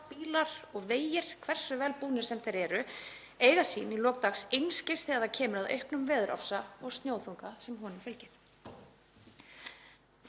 Bílar og vegir, hversu vel búnir sem þeir eru, mega sín í lok dags lítils þegar kemur að auknum veðurofsa og snjóþunga sem honum fylgir.